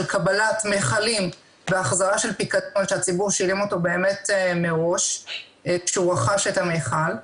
קבלת מכלים בהחזרה של פיקדון שהציבור שילם אותו מראש כשהוא רכש את המכל.